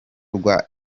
rwa